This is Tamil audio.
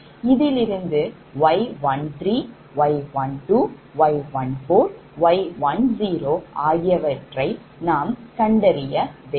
இதிலிருந்துY13 Y12 Y14Y10 வை கண்டறிய வேண்டும்